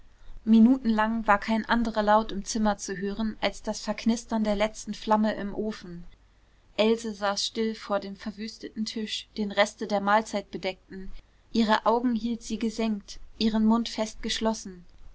minutenlang war kein anderer laut im zimmer zu hören als das verknistern der letzten flamme im ofen else saß still vor dem verwüsteten tisch den reste der mahlzeit bedeckten ihre augen hielt sie gesenkt ihren mund fest geschlossen